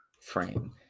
frame